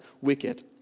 wicked